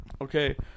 Okay